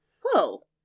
whoa